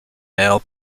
male